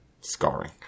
scarring